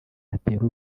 atera